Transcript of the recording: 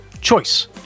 choice